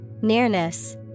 Nearness